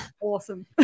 Awesome